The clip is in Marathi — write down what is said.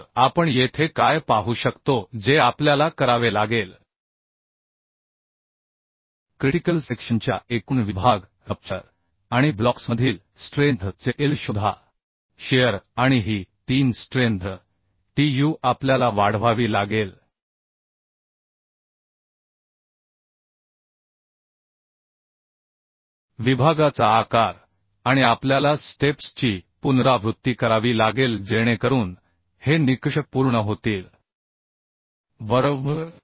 तर आपण येथे काय पाहू शकतो जे आपल्याला करावे लागेल क्रिटिकल सेक्शनच्या एकूण विभाग रप्चर आणि ब्लॉक्समधील स्ट्रेंथ चे इल्ड शोधा शिअर आणि ही 3 स्ट्रेंथ Tuआपल्याला वाढवावी लागेल विभागाचा आकार आणि आपल्याला स्टेप्स ची पुनरावृत्ती करावी लागेल जेणेकरून हे निकष पूर्ण होतील बरोबर